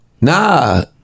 nah